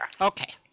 Okay